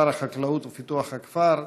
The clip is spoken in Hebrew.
ושר החקלאות ופיתוח הכפר,